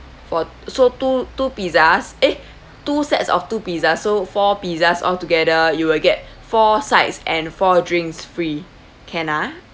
for so two two pizzas eh two sets of two pizzas so four pizzas altogether you will get four sides and four drinks free can ah